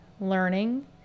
learning